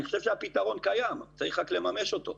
אני חושב שהפתרון קיים, צריך רק לממש אותו.